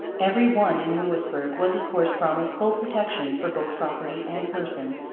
every one in louisbourg was of course promised full protection for both property and person.